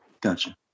Gotcha